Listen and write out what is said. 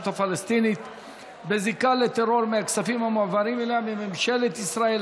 הפלסטינית בזיקה לטרור מהכספים המועברים אליה מממשלת ישראל,